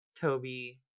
toby